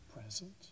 present